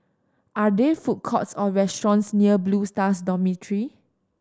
are there food courts or restaurants near Blue Stars Dormitory